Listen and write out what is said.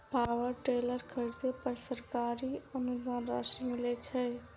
Power tiller खरीदे पर सरकारी अनुदान राशि मिलय छैय?